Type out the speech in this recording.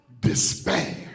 despair